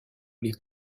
les